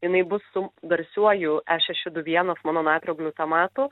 jinai bus su garsiuoju e šeši du vienas mononatrio gliutamatu